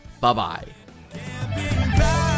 Bye-bye